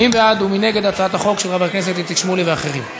מי בעד ומי נגד הצעת החוק של חבר הכנסת איציק שמולי ואחרים?